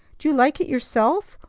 do like it yourself,